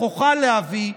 בכוחה להביא,